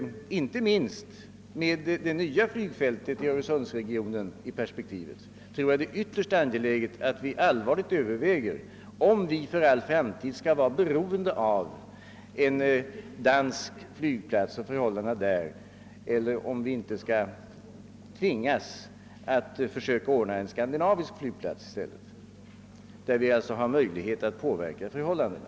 Inte minst med det nya flygfältet i Ööresundsregionen i perspektivet tror jag ait det är ytterst angeläget att vi allvarligt överväger huruvida vi för all framtid skall vara beroende av en dansk flygplats och förhållandena där eller om vi inte i stället måste försöka ordna en skandinavisk flygplats, där vi har reella: möjligheter att påverka förhållandena.